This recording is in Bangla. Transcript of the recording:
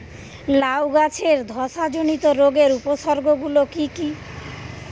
লাউ গাছের ধসা জনিত রোগের উপসর্গ গুলো কি কি?